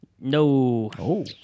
No